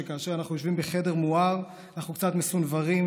שכאשר אנו בחדר מואר אנחנו קצת מסונוורים